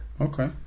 Okay